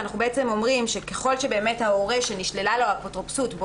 אנחנו אומרים שככל שההורה שנשללה אפוטרופסותו